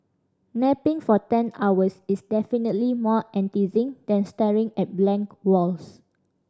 napping for ten hours is definitely more enticing than staring at blank walls